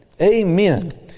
Amen